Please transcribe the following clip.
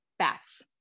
bats